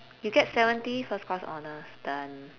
you get seventy first class honours done